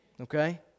Okay